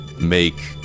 make